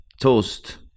toast